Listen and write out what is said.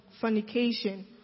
fornication